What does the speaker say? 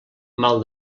mal